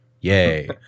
yay